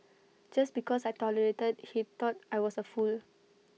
just because I tolerated he thought I was A fool